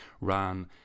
ran